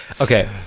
Okay